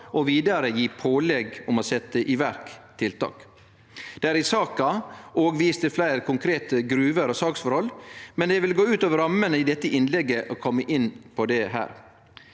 og vidare gje pålegg om å setje i verk tiltak. Det er i saka òg vist til fleire konkrete gruver og saksforhold, men det vil gå utover rammene i dette innlegget å kome inn på det